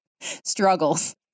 struggles